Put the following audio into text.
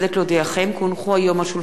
כי מונחות בזה על שולחן הכנסת,